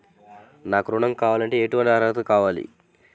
నాకు ఋణం కావాలంటే ఏటువంటి అర్హతలు కావాలి?